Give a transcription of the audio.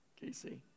Casey